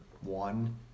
one